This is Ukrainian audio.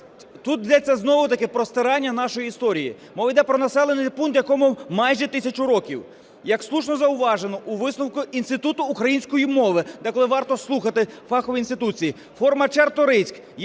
Тут йдеться знову-таки про стирання нашої історії. Мова йде про населений пункт, якому майже тисячу років. Як слушно зауважено у висновку Інституту української мови, деколи варто слухати фахові інституції, форма Чарторийськ